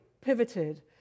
pivoted